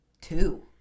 two